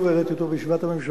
שוב העליתי אותו בישיבת הממשלה,